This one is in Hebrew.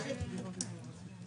יש מונחים בחוק לכל דבר.